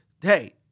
hey